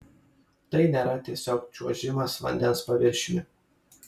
tai nėra tiesiog čiuožimas vandens paviršiumi